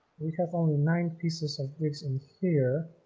we have only nine pieces of bricks in here